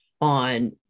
on